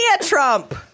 Trump